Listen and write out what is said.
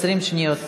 20 שניות,